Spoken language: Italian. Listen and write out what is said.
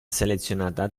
selezionata